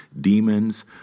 demons